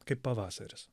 kaip pavasaris